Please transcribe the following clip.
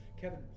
Kevin